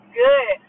good